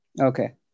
Okay